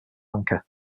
lanka